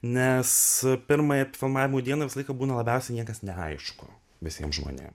nes pirmąją filmavimų dieną visą laiką būna labiausiai niekas neaišku visiem žmonėm